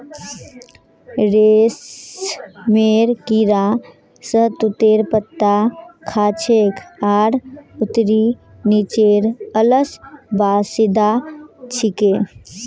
रेशमेर कीड़ा शहतूतेर पत्ता खाछेक आर उत्तरी चीनेर असल बाशिंदा छिके